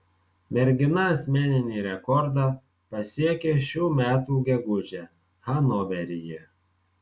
mergina asmeninį rekordą pasiekė šių metų gegužę hanoveryje